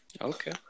Okay